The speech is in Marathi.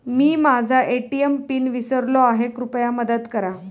मी माझा ए.टी.एम पिन विसरलो आहे, कृपया मदत करा